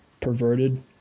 perverted